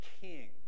king